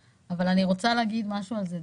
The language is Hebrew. ינון, אבל אני רוצה להגיד משהו על זה.